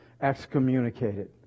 excommunicated